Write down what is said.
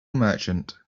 merchant